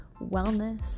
wellness